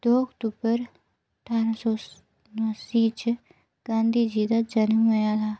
दो अक्टूबर ठारां सौ नासी च गांधी जी दा जन्म होएआ हा